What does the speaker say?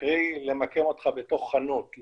קרי למקם אותך בתוך חנות,